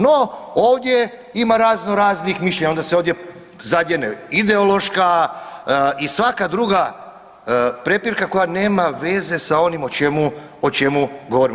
No ovdje ima razno raznih mišljenja, onda se ovdje zadjene ideološka i svaka druga prepirka koja nema veze sa onim o čemu govorimo.